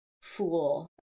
fool